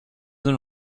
and